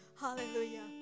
hallelujah